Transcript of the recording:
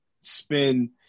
spend